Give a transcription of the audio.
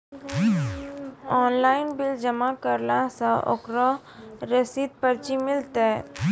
Online bill जमा करला से ओकरौ रिसीव पर्ची मिलतै?